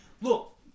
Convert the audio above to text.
look